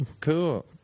cool